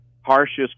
harshest